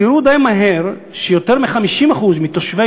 תראו די מהר שיותר מ-50% מתושבי